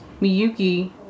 Miyuki